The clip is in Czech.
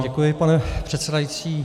Děkuji, pane předsedající.